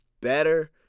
better